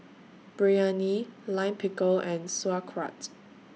Biryani Lime Pickle and Sauerkraut